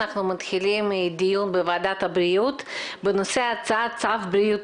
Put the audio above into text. אנחנו מתחילים דיון בוועדת הבריאות בנושא הצעת צו בריאות